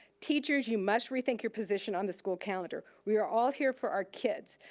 teachers, you must rethink your position on the school calendar. we are all here for our kids.